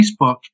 Facebook